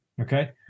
Okay